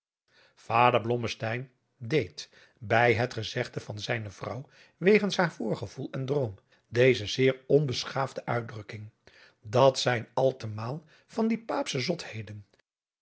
blommesteyn deed bij het gezegde van zijne vrouw wegens haar voorgevoel en droom deze zeer onbeschaasde uitdrukking dat zijn al te maal van die paapsche zotheden